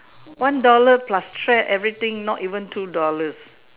one dollar plus thread everything not even two dollars